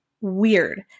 weird